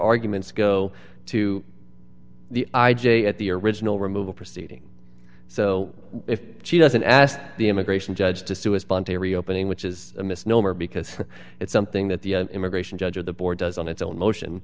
arguments go to the i j a at the original removal proceeding so if she doesn't ask the immigration judge to sue a spontaneous opening which is a misnomer because it's something that the immigration judge or the board does on its own motion